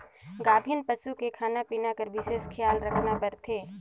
गाभिन पसू के खाना पिना कर बिसेस खियाल रखना परथे